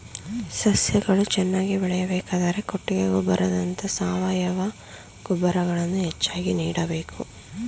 ಸಸ್ಯಗಳು ಚೆನ್ನಾಗಿ ಬೆಳೆಯಬೇಕಾದರೆ ಕೊಟ್ಟಿಗೆ ಗೊಬ್ಬರದಂತ ಸಾವಯವ ಗೊಬ್ಬರಗಳನ್ನು ಹೆಚ್ಚಾಗಿ ನೀಡಬೇಕು